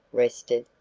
rested,